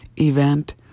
event